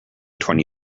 twenty